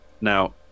now